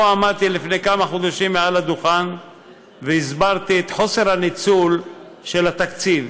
עמדתי פה לפני כמה חודשים על הדוכן והסברתי את חוסר הניצול של התקציב.